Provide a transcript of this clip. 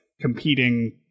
competing